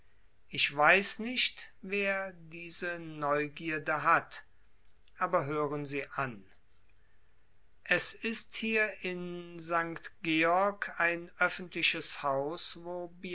ich weiß nicht wer diese neugierde hat aber hören sie an es ist hier in st georg ein öffentliches haus wo